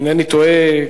אם אינני טועה,